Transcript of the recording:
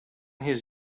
his